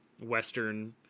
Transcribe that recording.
Western